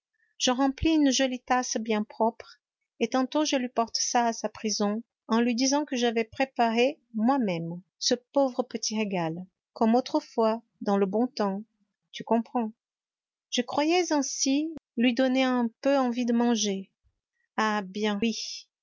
j'en emplis une jolie tasse bien propre et tantôt je lui porte ça à sa prison en lui disant que j'avais préparé moi-même ce pauvre petit régal comme autrefois dans le bon temps tu comprends je croyais ainsi lui donner un peu envie de manger ah bien oui